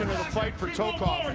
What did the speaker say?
fight for tokov.